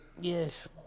yes